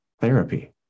therapy